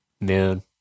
Man